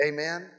Amen